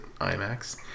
IMAX